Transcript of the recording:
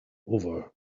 over